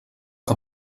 que